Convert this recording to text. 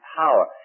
power